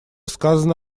сказано